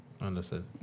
Understood